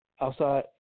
outside